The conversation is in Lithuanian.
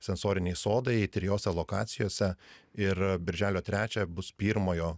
sensoriniai sodai trijose lokacijose ir birželio trečiąją bus pirmojo